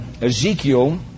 Ezekiel